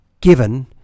given